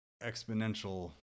exponential